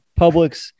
Publix